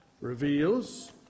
reveals